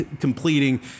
completing